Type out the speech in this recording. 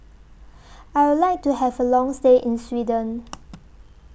I Would like to Have A Long stay in Sweden